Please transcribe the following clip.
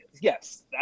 yes